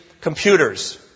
computers